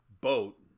boat